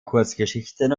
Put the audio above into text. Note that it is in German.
kurzgeschichten